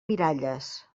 miralles